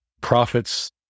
Prophets